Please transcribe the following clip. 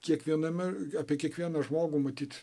kiekviename apie kiekvieną žmogų matyt